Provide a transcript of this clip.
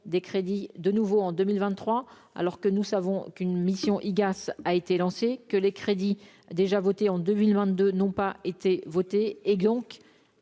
des crédits de nouveau en 2023 alors que nous savons qu'une mission IGAS a été lancé que les crédits déjà votés en 2022 n'ont pas été voter et, donc,